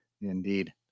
Indeed